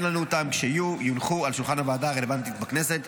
אין לנו אותם וכשיהיו הם יונחו על שולחן הוועדה הרלוונטית בכנסת.